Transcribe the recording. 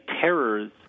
terrors